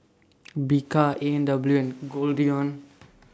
Bika A and W and Goldlion